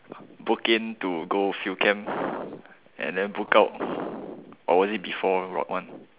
book in to go field camp and then book out or was it before rot one